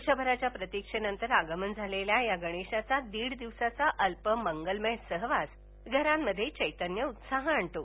वर्षभराच्या प्रतिक्षेनंतर आगमन झालेल्या या गणेशाचा दीड दिवसाचा अल्प मंगलमय सहवास घरांमध्ये चैतन्य उत्साह आणतो